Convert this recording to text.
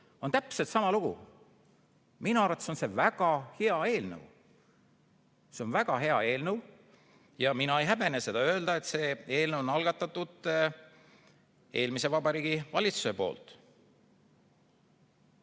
on täpselt sama lugu. Minu arvates on see väga hea eelnõu. See on väga hea eelnõu ja mina ei häbene seda öelda, et see eelnõu on algatatud eelmise Vabariigi Valitsuse poolt.